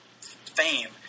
fame